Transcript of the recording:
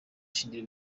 shingiro